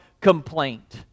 complaint